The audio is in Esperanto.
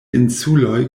insuloj